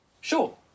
Sure